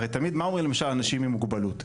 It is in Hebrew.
הרי תמיד מה אומרים למשל אנשים עם מוגבלות,